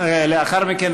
לאחר מכן,